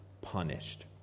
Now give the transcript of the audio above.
punished